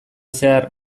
zehar